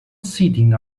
sitting